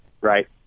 right